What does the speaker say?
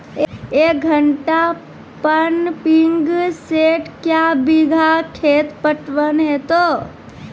एक घंटा pumping set क्या बीघा खेत पटवन है तो?